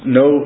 no